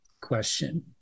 question